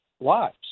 lives